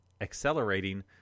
accelerating